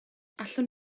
allwn